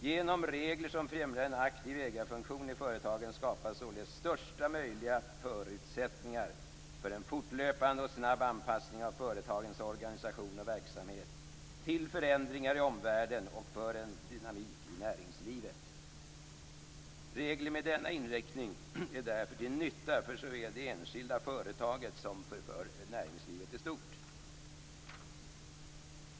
Genom regler som främjar en aktiv ägarfunktion i företagen skapas således bästa möjliga förutsättningar för en fortlöpande och snabb anpassning av företagens organisation och verksamhet till förändringar i omvärlden och för en dynamik i näringslivet. Regler med denna inriktning är därför till nytta för såväl det enskilda företaget som näringslivet i stort.